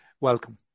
Welcome